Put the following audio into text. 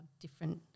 different